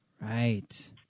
Right